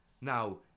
Now